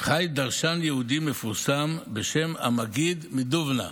חי דרשן יהודי מפורסם בשם המגיד מדובנא.